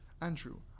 Andrew